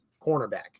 cornerback